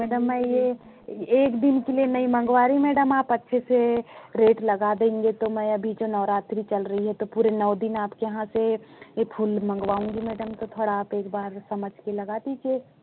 madam मैं ये एक दिन के लिए नहीं मंगवा रही मैडम आप अच्छे से रेट लगा देंगे तो मैं अभी जो नवरात्रि चल रही हैं तो पूरे नौ दिन आपके यहाँ से ये फूल मँगवाऊंगी मैडम तो थोड़ा आप एक बार समझ के लगा दीजिए